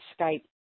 Skype